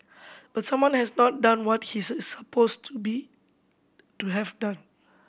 but someone has not done what he is suppose to be to have done